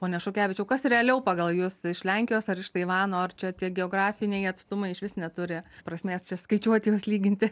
pone šukevičiau kas realiau pagal jus iš lenkijos ar iš taivano ar čia tie geografiniai atstumai išvis neturi prasmės čia skaičiuoti juos lyginti